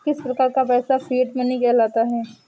किस प्रकार का पैसा फिएट मनी कहलाता है?